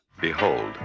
Behold